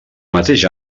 mateix